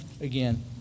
again